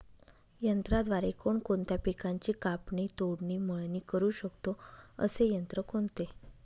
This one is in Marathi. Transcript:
यंत्राद्वारे कोणकोणत्या पिकांची कापणी, तोडणी, मळणी करु शकतो, असे यंत्र कोणते?